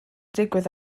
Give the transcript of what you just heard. digwydd